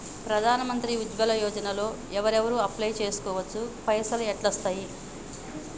ప్రధాన మంత్రి ఉజ్వల్ యోజన లో ఎవరెవరు అప్లయ్ చేస్కోవచ్చు? పైసల్ ఎట్లస్తయి?